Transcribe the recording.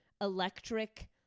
electric